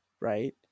right